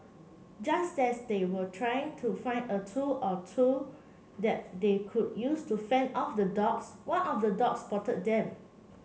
just as they were trying to find a tool or two that they could use to fend off the dogs one of the dogs spotted them